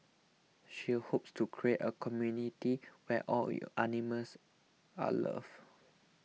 she hopes to create a community where all animals are loved